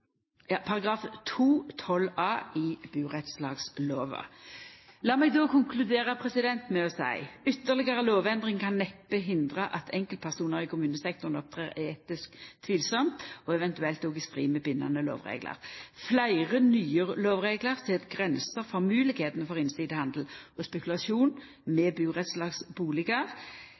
meg konkludera med å seia: Ytterlegare lovendring kan neppe hindra at enkeltpersonar i kommunesektoren opptrer etisk tvilsamt, og eventuelt òg i strid med bindande lovreglar. Fleire nye lovreglar set grenser for moglegheita for innsidehandel og spekulasjon med